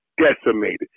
decimated